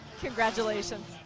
congratulations